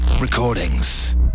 Recordings